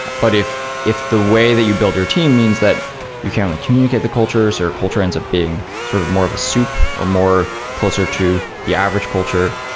ah but if if the way that you build your team means that you can only communicate the cultures, or culture ends up being sort of more of a soup, or more closer to the average culture,